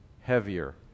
heavier